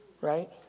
right